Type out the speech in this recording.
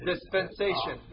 Dispensation